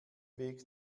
weg